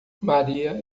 maria